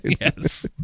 Yes